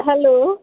hello